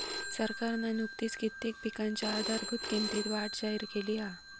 सरकारना नुकतीच कित्येक पिकांच्या आधारभूत किंमतीत वाढ जाहिर केली हा